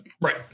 right